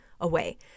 away